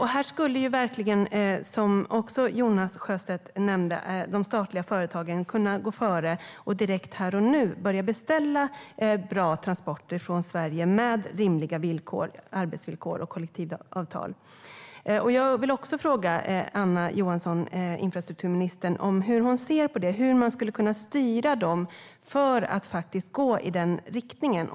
Här skulle de statliga företagen, som Jonas Sjöstedt nämnde, kunna gå före och direkt här och nu börja beställa bra transporter från Sverige med rimliga arbetsvillkor och kollektivavtal. Jag vill fråga infrastrukturminister Anna Johansson hur hon ser på det och hur man skulle kunna styra dem för att gå i den riktningen.